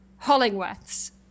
Hollingworths